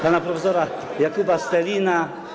pana prof. Jakuba Steliny.